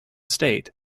state